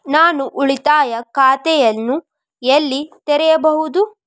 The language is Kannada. ನಾನು ಉಳಿತಾಯ ಖಾತೆಯನ್ನು ಎಲ್ಲಿ ತೆರೆಯಬಹುದು?